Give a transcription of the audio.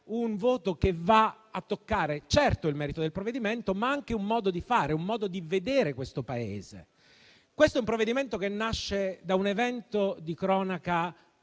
in realtà vada a toccare certo il merito del provvedimento, ma anche un modo di fare, un modo di vedere questo Paese. Questo è un provvedimento che nasce da un evento di cronaca